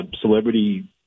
celebrity